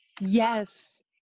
yes